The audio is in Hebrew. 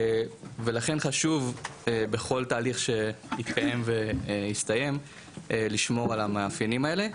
ולכן חשוב בכל תהליך שמתקיים והסתיים לשמור על המאפיינים האלה,